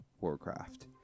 Warcraft